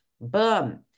Boom